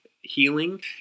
healing